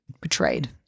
betrayed